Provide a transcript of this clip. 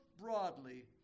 broadly